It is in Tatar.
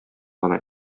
гына